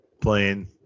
playing